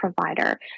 provider